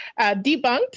debunked